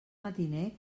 matiner